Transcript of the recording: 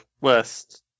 West